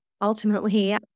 ultimately